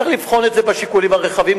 צריך לבחון את זה בשיקולים הרחבים,